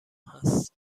هست